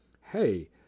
Hey